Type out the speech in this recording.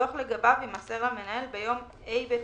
דוח לגביו יימסר למנהל ביום ה'